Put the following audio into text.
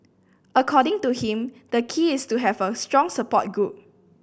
according to him the key is to have a strong support group